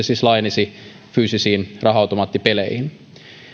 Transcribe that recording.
siis laajenisivat fyysisiin raha automaattipeleihin